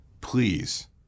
Please